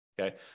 okay